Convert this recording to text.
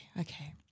okay